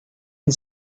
and